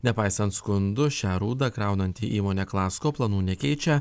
nepaisant skundų šią rūdą kraunanti įmonė klasko planų nekeičia